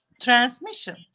transmission